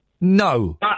No